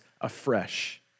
afresh